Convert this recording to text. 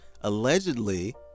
Allegedly